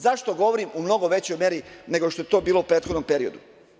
Zašto govorim u mnogo većoj meri nego što je to bilo u prethodnom periodu?